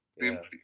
Simply